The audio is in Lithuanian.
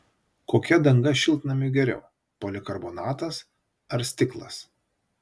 kokia danga šiltnamiui geriau polikarbonatas ar stiklas